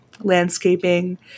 landscaping